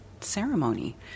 ceremony